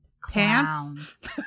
Clowns